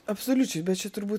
absoliučiai bet čia turbūt